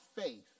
faith